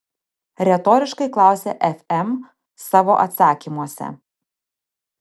retoriškai klausia fm savo atsakymuose